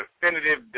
definitive